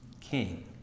king